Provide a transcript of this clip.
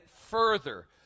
further